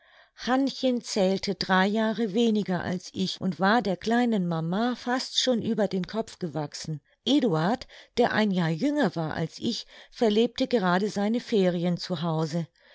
hannchen zählte drei jahre weniger als ich und war der kleinen mama fast schon über den kopf gewachsen eduard der ein jahr jünger war als ich verlebte gerade seine ferien